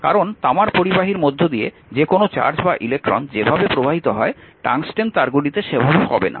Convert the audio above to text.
কারণ তামার পরিবাহীর মধ্য দিয়ে যে কোনও চার্জ বা ইলেকট্রন যে ভাবে প্রবাহিত হয় টাংস্টেন তারগুলিতে সেভাবে হবে না